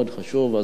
מאוד חשוב.